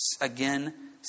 again